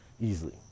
Easily